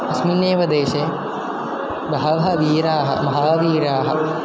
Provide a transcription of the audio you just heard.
अस्मिन्नेव देशे बहवः वीराः महावीराः